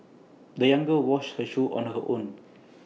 the young girl washed her shoes on her own